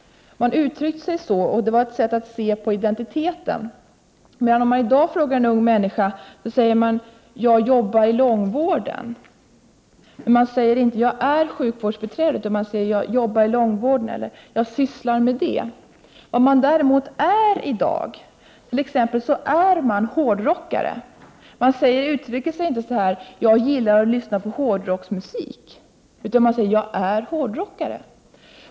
Man uttryckte sig så, och det var ett sätt att se på identiteten. Om vi i dag frågar en ung människa säger hon: Jag jobbar i långvården. Hon säger inte: Jag är sjukvårdsbiträde. Däremot är man i dag t.ex. hårdrockare. Man uttrycker sig inte så här: Jag gillar att lyssna på hårdrockmusik. Man säger i stället: Jag är hårdrockare.